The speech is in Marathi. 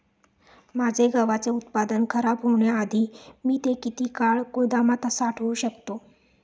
माझे गव्हाचे उत्पादन खराब होण्याआधी मी ते किती काळ गोदामात साठवू शकतो?